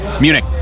Munich